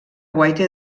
guaita